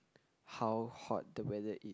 how hot the weather it